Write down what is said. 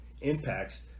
impacts